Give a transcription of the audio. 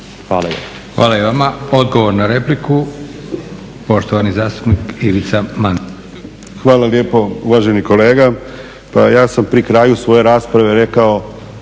Hvala i vama. Odgovor na repliku poštovani zastupnik Ivica Mandić. **Mandić, Ivica (HNS)** Hvala lijepo uvaženi kolega. Pa ja sam pri kraju svoje rasprave rekao